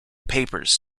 papers